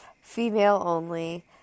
female-only